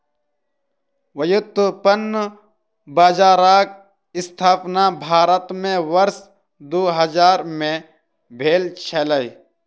व्युत्पन्न बजारक स्थापना भारत में वर्ष दू हजार में भेल छलै